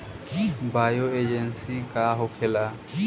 Bio agent का होखेला?